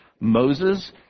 Moses